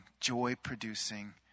joy-producing